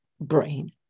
brain